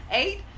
eight